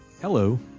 hello